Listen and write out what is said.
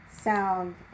sound